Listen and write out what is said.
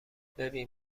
ببین